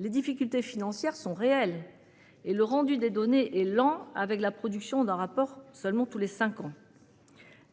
les difficultés financières sont réelles et le rendu des données est lent, avec la production d'un rapport tous les cinq ans seulement.